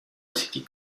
city